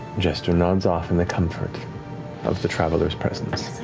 jester nods off in the comfort of the traveler's presence.